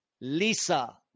Lisa